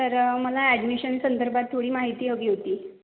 तर मला ऍडमिशन संदर्भात थोडी माहिती हवी होती